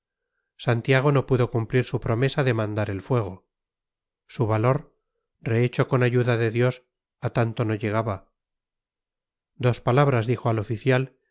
santiago no pudo cumplir su promesa de mandar el fuego su valor rehecho con ayuda de dios a tanto no llegaba dos palabras dijo al oficial